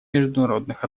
международных